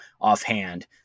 offhand